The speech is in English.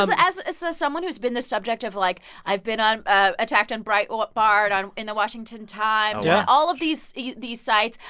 um as so someone who's been the subject of, like i've been on attacked on breitbart, in the washington times yeah all of these these sites.